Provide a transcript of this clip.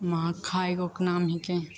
महाखाइ एगोके नाम हिकै